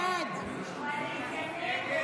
הסתייגות 148 לא נתקבלה.